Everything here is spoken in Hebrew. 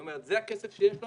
היא אומרת זה הכסף שיש לנו,